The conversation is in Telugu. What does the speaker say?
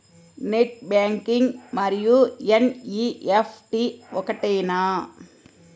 నెట్ బ్యాంకింగ్ మరియు ఎన్.ఈ.ఎఫ్.టీ ఒకటేనా?